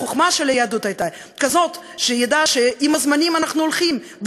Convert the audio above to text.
החוכמה של היהדות הייתה כזאת שידעה שאנחנו הולכים עם הזמנים,